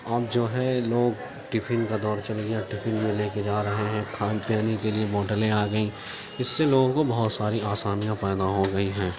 اب جو ہے لوگ ٹیفن کا دور چل گیا ٹیفن میں لے کے جا رہے ہیں کے لیے بوٹلیں آ گئیں اس سے لوگوں کو بہت سی آسانیاں پیدا ہو گئی ہیں